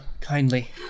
kindly